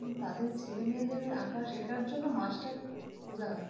এবং তাদের ছেলে মেয়েদের আঁকা শেখার জন্য মাস্টার খোঁজা হয়